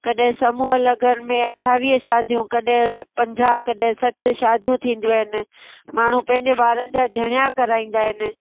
कॾहिं समूह लगन में अठावीह शादियूं कॾहिं पंजाह कॾहिं सठ शादियूं थींदियूं आहिनि माण्हू पंहिंजे ॿार जा जणिया कराईंदा आहिनि